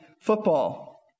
football